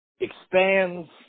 expands